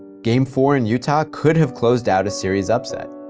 game four in utah could have closed out a series upset.